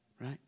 Right